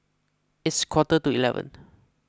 its quarter to eleven